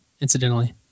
Incidentally